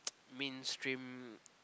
mainstream